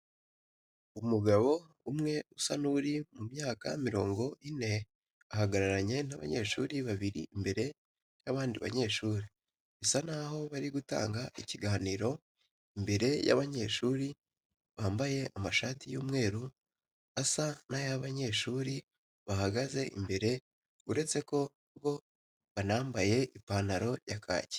Umugabo umwe usa n'uri mu myaka mirongo ine ahagararanye n'abanyeshuri babiri imbere y'abandi banyeshuri, bisa n'aho bari gutanga ikiganiro imbere y'abanyeshuri bambaye amashati y'umweru asa n'ay'abanyeshuri bahagaze imbere uretse ko bo banambaye ipantaro ya kaki.